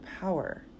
power